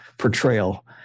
portrayal